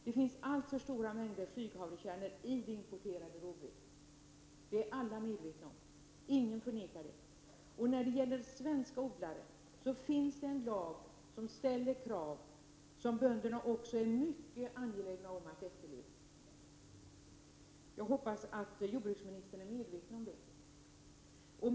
Det finns alltför stora mängder flyghavrekärnor i det importerade rågvetet; detta är alla medvetna om. För svenska odlare finns det en lag som ställer krav som bönär mycket angelägna om att efterleva. Jag hoppas att jordbruks derna. Det kan inte tas derna också ministern är medveten om det.